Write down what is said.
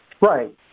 Right